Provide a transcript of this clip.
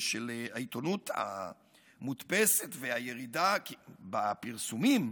של העיתונות המודפסת והירידה בפרסומים,